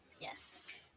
yes